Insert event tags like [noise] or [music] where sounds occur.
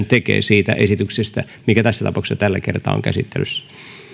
[unintelligible] tekee siitä esityksestä mikä tässä tapauksessa tällä kertaa on käsittelyssä